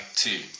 two